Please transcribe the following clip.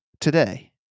today